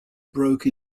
broke